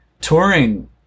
touring